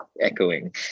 echoing